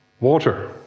Water